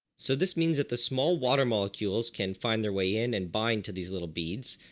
so this means that the small water molecules can find their way in and bind to these little beads,